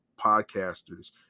podcasters